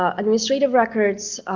um administrative records